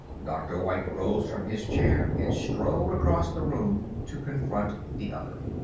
dr. white rose from his chair and strode across the room to confront the other.